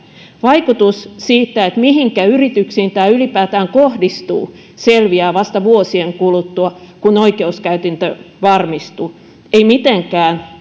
vaikutus mihinkä yrityksiin tämä ylipäätään kohdistuu selviää vasta vuosien kuluttua kun oikeuskäytäntö varmistuu ei mitenkään